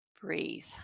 breathe